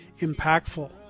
impactful